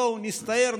בואו נסתער,